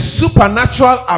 supernatural